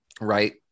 right